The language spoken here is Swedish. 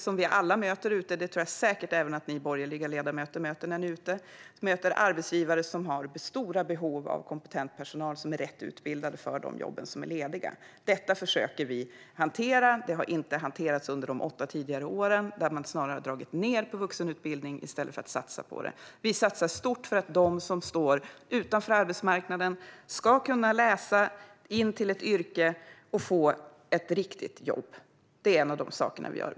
Jag är säker på att även ni borgerliga ledamöter möter arbetsgivare som har stora behov av kompetent personal som är rätt utbildad för de lediga jobben. Detta försöker vi hantera. Det har inte hanterats under de tidigare åtta åren, då man snarare drog ned på vuxenutbildningen i stället för att satsa på den. Vi satsar stort för att de som står utanför arbetsmarknaden ska kunna studera till ett yrke och få ett riktigt jobb. Det är en av de sakerna som vi gör.